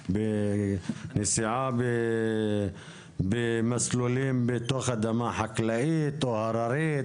נסיעה במסלולים בתוך אדמה חקלאית או הררית